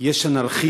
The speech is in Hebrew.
בו יש אנרכיסטים